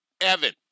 Evan